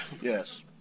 Yes